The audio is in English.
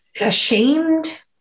ashamed